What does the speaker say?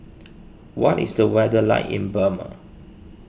what is the weather like in Burma